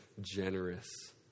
generous